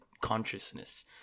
consciousness